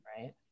right